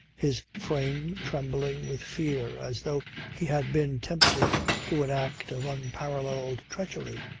his frame trembling with fear as though he had been tempted to an act of unparalleled treachery.